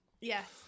Yes